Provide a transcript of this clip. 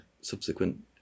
subsequent